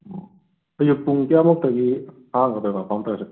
ꯎꯝ ꯀꯩꯅꯣ ꯄꯨꯡ ꯀꯌꯥꯃꯨꯛꯇꯒꯤ ꯍꯥꯡꯒꯗꯣꯏꯅꯣ ꯀꯥꯎꯟꯇꯔꯁꯦ